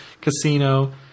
casino